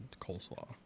coleslaw